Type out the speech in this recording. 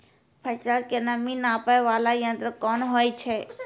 फसल के नमी नापैय वाला यंत्र कोन होय छै